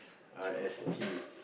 R S T